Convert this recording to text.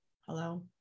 hello